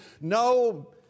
no